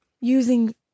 Using